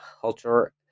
culture